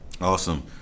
Awesome